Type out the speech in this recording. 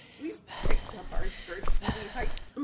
we picked up our skirts and we hiked um